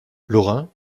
lorin